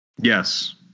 Yes